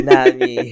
Nami